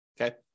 okay